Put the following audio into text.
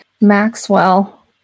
Maxwell